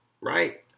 right